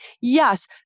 yes